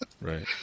Right